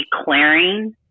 declaring